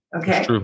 okay